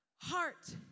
Heart